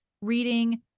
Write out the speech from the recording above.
reading